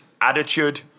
attitude